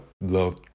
love